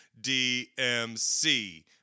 DMC